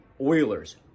Oilers